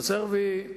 הנושא הרביעי,